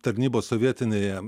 tarnybos sovietinėje